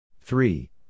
three